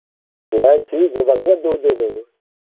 नहीं ठीक है बढ़ियाँ दूध दे देंगे